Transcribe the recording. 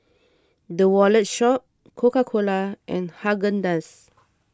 the Wallet Shop Coca Cola and Haagen Dazs